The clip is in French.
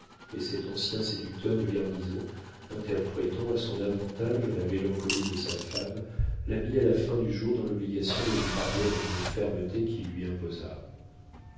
et cet ancien séducteur de garnison interprétant à son avantage la mélancolie de sa femme la mit à la fin du jour dans l'obligation de lui parler avec une fermeté qui lui imposa